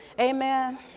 Amen